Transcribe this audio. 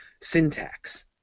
syntax